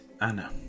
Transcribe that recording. Anna